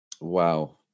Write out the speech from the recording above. Wow